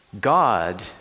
God